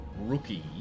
rookie